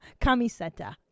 Camiseta